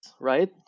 right